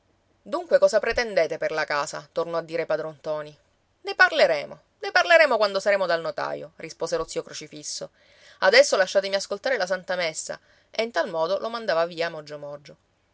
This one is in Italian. dunque cosa pretendete per la casa tornò a dire padron ntoni ne parleremo ne parleremo quando saremo dal notaio rispose lo zio crocifisso adesso lasciatemi ascoltare la santa messa e in tal modo lo mandava via mogio mogio